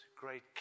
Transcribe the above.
great